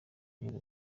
ageza